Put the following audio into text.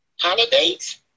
Holidays